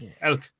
Elk